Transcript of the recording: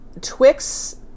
Twix